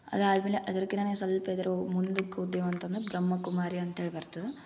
ಅದಾದಮೇಲೆ ಅದ್ರುಕಿನ ಸ್ವಲ್ಪ ಇದ್ರ ಮುಂದಕ್ಕೆ ಹೋದೇವು ಅಂತಂದ್ರೆ ಬ್ರಹ್ಮ ಕುಮಾರಿ ಅಂತ್ಹೇಳ್ ಬರ್ತದೆ